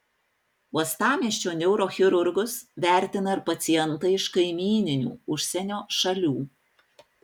uostamiesčio neurochirurgus vertina ir pacientai iš kaimyninių užsienio šalių